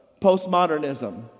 postmodernism